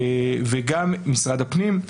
משרד הפנים,